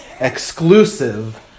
exclusive